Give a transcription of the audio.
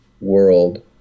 world